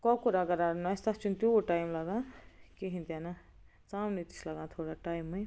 کۄکُر اگر رنُن آسہِ تتھ چھُنہٕ تیوٗت ٹایم لگان کِہیٖنۍ تہِ نہِ ژآمنہِ تہِ چھُ لگان تھوڑا ٹایمٕے